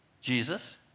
Jesus